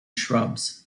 shrubs